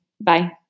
Bye